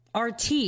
RT